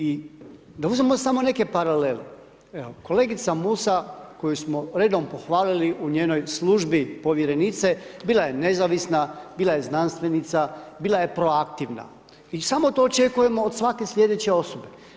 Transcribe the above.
I da uzmemo samo neke paralele, evo, kolegica Musa, koju smo redom pohvalili u njenoj službi Povjerenice, bila je nezavisna, bila je znanstvenica, bila je proaktivna, i samo to očekujemo od svake sljedeće osobe.